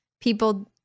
people